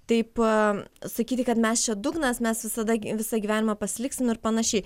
taip sakyti kad mes čia dugnas mes visada visą gyvenimą pasiliksim ir panašiai